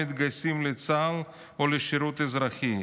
מתגייסים לצה"ל או לשירות אזרחי.